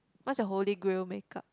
what's your holy grail makeup